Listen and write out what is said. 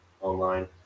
online